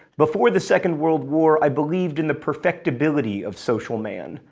before the second world war, i believed in the perfectibility of social man.